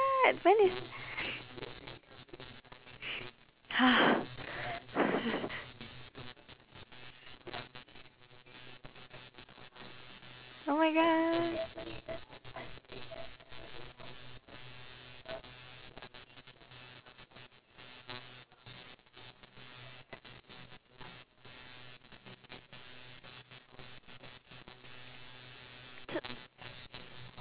when is oh my god